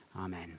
amen